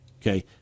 okay